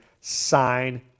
sign